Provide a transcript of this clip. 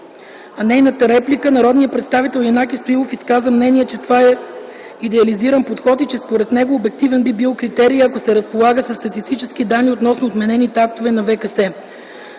на нейната реплика народният представител Янаки Стоилов изказа мнение, че това е идеализиран подход и че според него обективен би бил критерия, ако се разполага със статистически данни относно отменените актове от ВКС.